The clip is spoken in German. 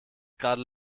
gerade